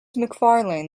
macfarlane